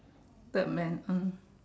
third man ah